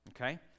Okay